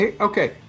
Okay